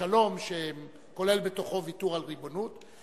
שלום שכולל בתוכו ויתור על ריבונות,